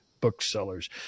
booksellers